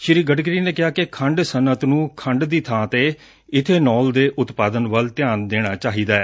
ਸ੍ਸੀ ਗਡਕਰੀ ਨੇ ਕਿਹਾ ਕਿ ਖੰਡ ਸਨਅਤ ਨੂੰ ਖੰਡ ਦੀ ਬਾਂ ਤੇ ਇਬੇਨੌਲ ਦੇ ਉਤਪਾਦਨ ਵੱਲ ਧਿਆਨ ਦੇਣਾ ਚਾਹੀਦੈ